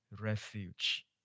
refuge